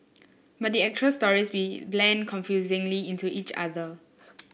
but the actual stories blend confusingly into each other